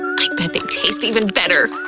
i bet they taste even better.